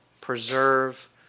preserve